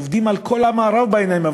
עובדים על כל המערב בעיניים.